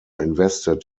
invested